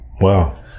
Wow